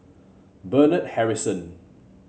Bernard Harrison